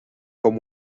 com